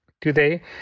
Today